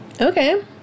Okay